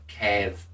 kev